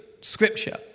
scripture